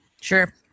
Sure